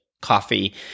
coffee